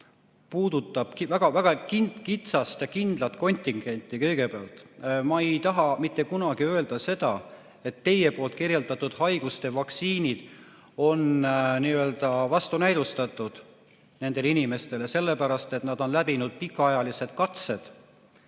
puudutabki väga kitsast ja kindlat kontingenti. Ma ei taha mitte kunagi öelda seda, et teie kirjeldatud haiguste vaktsiinid on vastunäidustatud nendele inimestele, sellepärast et nad on läbinud pikaajalised katsed